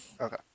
Okay